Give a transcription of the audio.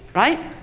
right.